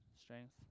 strength